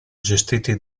gestiti